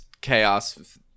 chaos